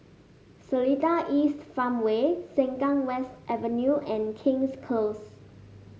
Seletar East Farmway Sengkang West Avenue and King's Close